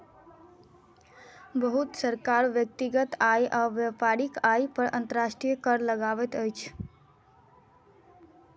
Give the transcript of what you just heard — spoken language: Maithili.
बहुत सरकार व्यक्तिगत आय आ व्यापारिक आय पर अंतर्राष्ट्रीय कर लगबैत अछि